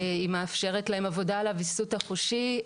היא מאפשרת להם עבודה על הוויסות החושי,